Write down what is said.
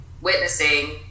witnessing